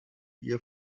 ihr